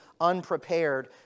unprepared